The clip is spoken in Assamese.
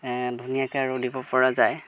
ধুনীয়াকৈ আৰু দিব পৰা যায়